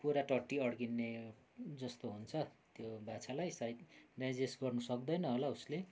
पुरा टट्टी अडकिने जस्तो हुन्छ त्यो बाछालाई सायद डाइजेस्ट गर्नु सक्दैन होला उसले